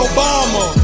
Obama